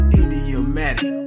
idiomatic